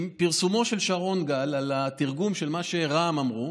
מפרסומו של שרון גל על התרגום של מה שרע"מ אמרו,